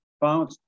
found